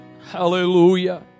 Hallelujah